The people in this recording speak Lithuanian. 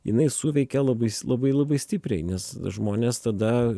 jinai suveikia labai labai labai stipriai nes žmonės tada